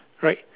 right